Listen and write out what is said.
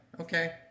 Okay